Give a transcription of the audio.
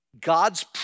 God's